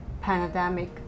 pandemic